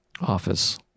office